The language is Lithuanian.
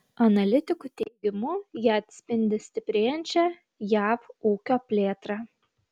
analitikų teigimu jie atspindi stiprėjančią jav ūkio plėtrą